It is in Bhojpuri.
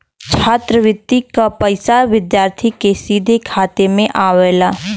छात्रवृति क पइसा विद्यार्थी के सीधे खाते में आवला